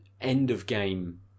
end-of-game